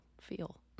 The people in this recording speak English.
feel